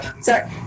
Sorry